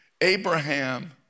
Abraham